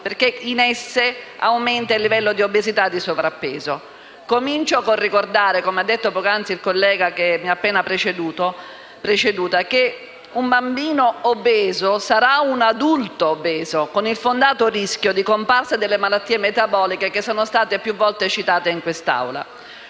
perché in esse aumenta il livello di obesità e di sovrappeso. Comincio con il ricordare - come ha detto poc'anzi il collega che mi ha appena preceduta - che un bambino obeso sarà un adulto obeso, con il fondato rischio di comparsa delle malattie metaboliche che sono state più volte citate in quest'Assemblea.